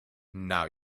now